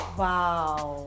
wow